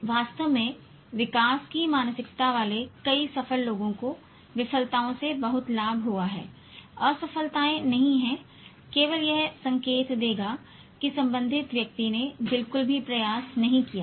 वास्तव में विकास की मानसिकता वाले कई सफल लोगों को विफलताओं से बहुत लाभ हुआ है असफलताएं नहीं हैं केवल यह संकेत देगा कि संबंधित व्यक्ति ने बिल्कुल भी प्रयास नहीं किया है